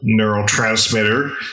neurotransmitter